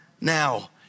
now